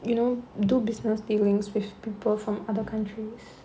you know do business dealings with people from other countries